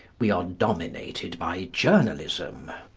we are dominated by journalism.